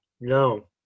No